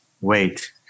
wait